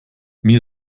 mir